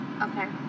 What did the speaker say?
Okay